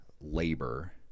labor